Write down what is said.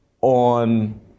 on